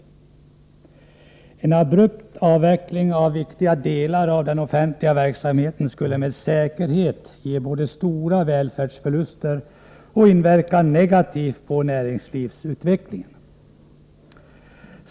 En abrupt avveckling av viktiga delar av den offentliga verksamheten skulle med säkerhet ge både stora välfärdsförluster och inverka negativt på näringslivsutvecklingen.